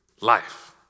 life